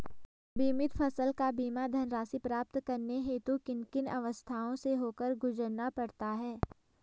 बीमित फसल का बीमा धनराशि प्राप्त करने हेतु किन किन अवस्थाओं से होकर गुजरना पड़ता है?